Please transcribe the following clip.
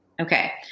Okay